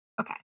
Okay